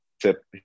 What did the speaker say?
tip